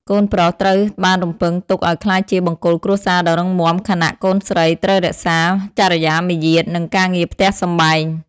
កូនប្រុសត្រូវបានរំពឹងទុកឱ្យក្លាយជាបង្គោលគ្រួសារដ៏រឹងមាំ ខណៈកូនស្រីត្រូវរក្សា "ចរិយាមាយាទ" និងការងារផ្ទះសម្បែង។